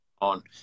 on